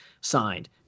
signed